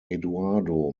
eduardo